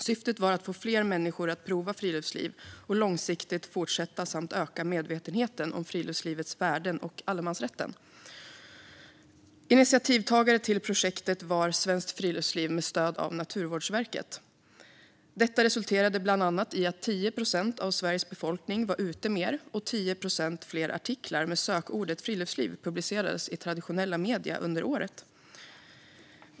Syftet var att få fler människor att prova friluftsliv och långsiktigt fortsätta samt öka medvetenheten om friluftslivets värden och om allemansrätten. Initiativtagare till projektet var Svenskt Friluftsliv med stöd av Naturvårdsverket. Det resulterade bland annat i att 10 procent av Sveriges befolkning var ute mer, och 10 procent fler artiklar med sökordet "friluftsliv" publicerades i traditionella medier under året.